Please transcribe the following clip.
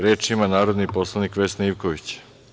Reč ima narodni poslanik Vesna Ivković.